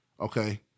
okay